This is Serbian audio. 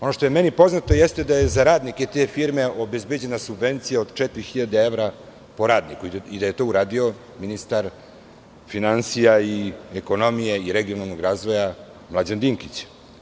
Ono što je meni poznato jeste da je za radnike te firme obezbeđena subvencija od 4.000 evra po radniku i da je to uradio ministar finansija, ekonomije i regionalnog razvoja Mlađan Dinkić.